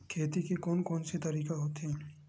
खेती के कोन कोन से तरीका होथे?